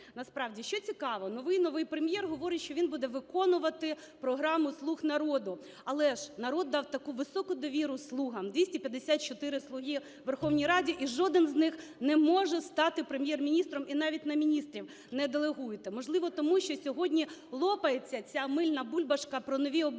Насправді, що цікаво, новий-новий прем'єр говорить, що він буде виконувати програму "слуг народу". Але ж народ дав таку високу довіру "слугам" – 254 "слуги" у Верховній Раді, і жодний з них не може стати Прем'єр-міністром і навіть на міністрів не делегуєте. Можливо, тому що сьогодні лопається ця мильна бульбашка про нові обличчя,